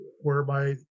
whereby